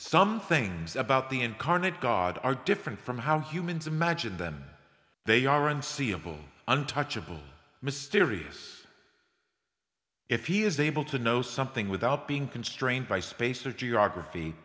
some things about the incarnate god are different from how humans imagine them they are unseeable untouchable mysterious if he is able to know something without being constrained by space or geography